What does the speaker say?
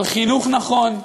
על חינוך נכון,